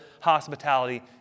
hospitality